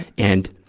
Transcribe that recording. and,